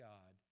God